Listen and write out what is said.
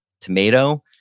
tomato